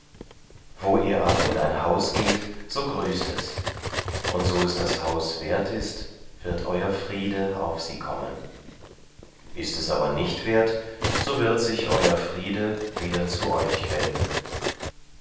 wo ihr aber in ein haus geht so grüßt es und so es das haus wert ist wird euer friede auf sie kommen ist es aber nicht wert so wird sich euer friede wieder zu euch wenden